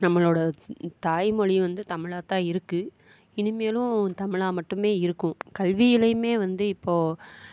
நம்மளோட தாய் மொழி வந்து தமிழாக தான் இருக்குது இனி மேலும் தமிழாக மட்டுமே இருக்கும் கல்விலேயுமே வந்து இப்போது